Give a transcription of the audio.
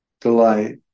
delight